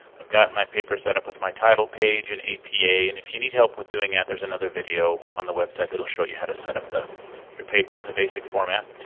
i've got my paper set up with my title page in apa and if you need help with doing that, there's another video on the website that will show you how to setup the your paper in the basic format.